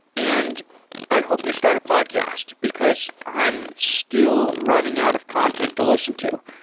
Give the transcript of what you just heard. and i hope you start a podcast, because i am still running out of content to listen to.